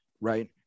Right